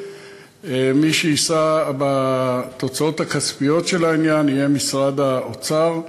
מי שיישא בתוצאות הכספיות של העניין יהיה משרד האוצר,